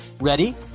Ready